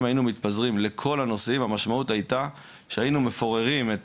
אם היינו מתפזרים לכל הנושאים המשמעות הייתה שהיינו מפוררים את